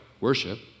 Worship